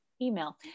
email